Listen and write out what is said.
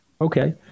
Okay